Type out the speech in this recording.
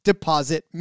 deposit